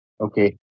okay